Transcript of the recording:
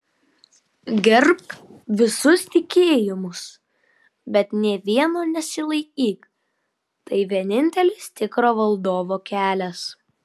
gerbk visus tikėjimus bet nė vieno nesilaikyk tai vienintelis tikro valdovo kelias